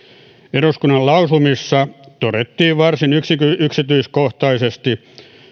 eduskunnan lausumissa todettiin varsin yksityiskohtaisesti